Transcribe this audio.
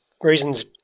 reasons